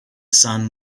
sun